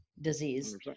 disease